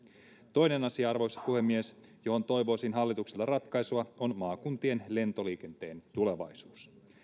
toinen asia arvoisa puhemies johon toivoisin hallitukselta ratkaisua on maakuntien lentoliikenteen tulevaisuus